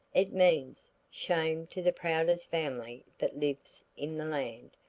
it means, shame to the proudest family that lives in the land.